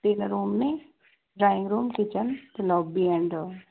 ਤਿੰਨ ਰੂਮ ਨੇ drawing room kitchen ਅਤੇ ਲੋਬੀ ਐਂਡ